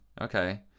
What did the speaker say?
Okay